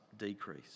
decrease